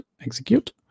execute